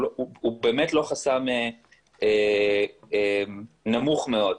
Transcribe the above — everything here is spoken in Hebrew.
הוא באמת לא חסם נמוך מאוד,